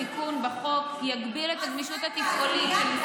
ילדים בסיכון הם לא מפגרים.